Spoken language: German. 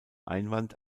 einwand